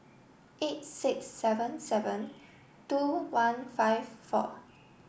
eight six seven seven two one five four